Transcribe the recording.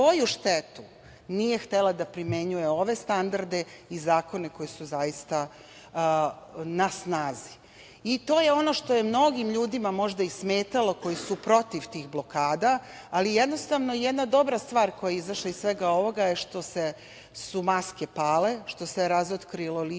štetu nije htela da primenjuje ove standarde i zakone koji su zaista na snazi. To je ono što je mnogim ljudima možda i smetalo koji su protiv tih blokada, ali jednostavno, jedna dobra stvar koja je izašla iz svega ovoga je što su maske pale, što se razotkrilo